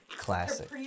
classic